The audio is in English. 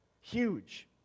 Huge